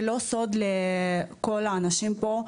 זה לא סוד לכל האנשים פה,